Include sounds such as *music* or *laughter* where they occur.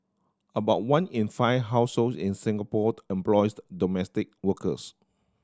about one in five households in Singapore employs *unintelligible* domestic workers